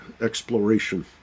exploration